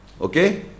Okay